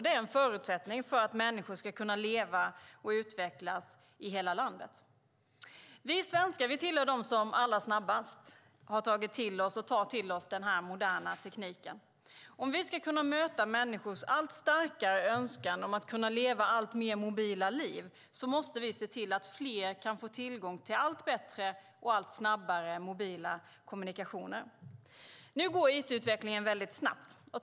Det är en förutsättning för att människor ska kunna leva och utvecklas i hela landet. Vi svenskar tillhör dem som allra snabbast har tagit och tar till sig den moderna tekniken. Om vi ska kunna möta människors allt starkare önskan att kunna leva alltmer mobila liv måste vi se till att fler får tillgång till allt bättre och allt snabbare mobila kommunikationer. Nu går it-utvecklingen väldigt snabbt.